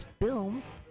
films